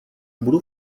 budu